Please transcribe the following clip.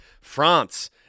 France